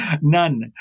None